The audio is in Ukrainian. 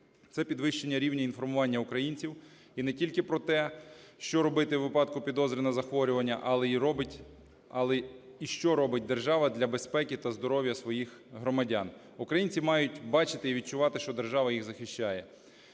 Це підвищення рівня інформування українців, і не тільки про те, що робити у випадку підозри на захворювання, але і що робить держава для безпеки та здоров'я своїх громадян. Українці мають бачити і відчувати, що держава їх захищає.